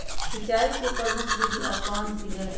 सिंचाई की प्रमुख विधियां कौन कौन सी है?